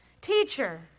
Teacher